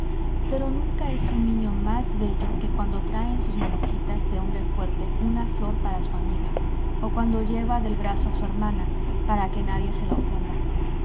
pero nunca es un niño más bello que cuando trae en sus manecitas de hombre fuerte una flor para su amiga o cuando lleva del brazo a su hermana para que nadie se la ofenda